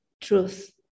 truth